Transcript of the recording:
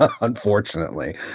Unfortunately